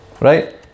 Right